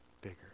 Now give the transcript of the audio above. bigger